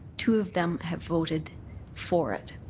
two of them have voted for it.